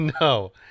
No